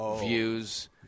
views